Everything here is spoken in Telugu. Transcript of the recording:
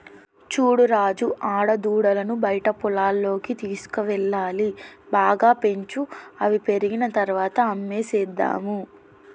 చూడు రాజు ఆడదూడలను బయట పొలాల్లోకి తీసుకువెళ్లాలి బాగా పెంచు అవి పెరిగిన తర్వాత అమ్మేసేద్దాము